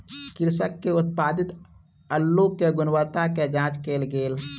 कृषक के उत्पादित अल्लु के गुणवत्ता के जांच कएल गेल